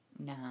No